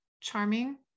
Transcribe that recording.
Charming